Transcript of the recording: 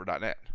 net